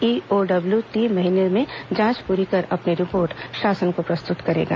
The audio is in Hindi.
ईओडब्ल्यू तीन महीने में जांच प्ररी कर अपनी रिपोर्ट शासन को प्रस्तुत करेगा